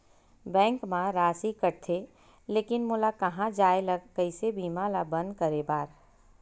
Bank मा राशि कटथे लेकिन मोला कहां जाय ला कइसे बीमा ला बंद करे बार?